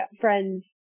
friends